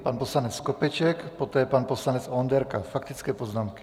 Pan poslanec Skopeček, poté pan poslanec Onderka, faktické poznámky.